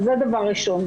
זה דבר ראשון.